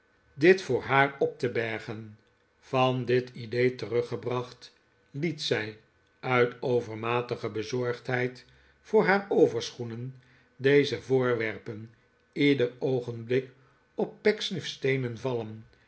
dit voor haar op te bergen van dit idee teruggebracht het zij uit overmatige bezorgdheid voor haar overschoenen deze voorwerpen ieder oogenblik op pecksniff's teenen vallen